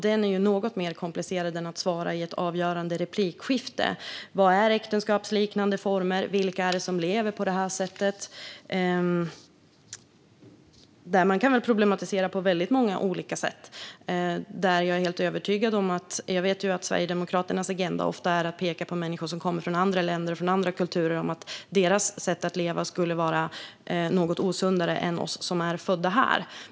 Den är något mer komplicerad än att den går att besvara i ett replikskifte. Vad är äktenskapsliknande former? Vilka är det som lever på detta sätt? Man kan problematisera på många olika sätt. Jag vet att Sverigedemokraternas agenda ofta är att peka på människor som kommer från andra länder och från andra kulturer och säga att deras sätt att leva skulle vara något osundare än vad vårt sätt att leva är, alltså hos oss som är födda här.